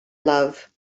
love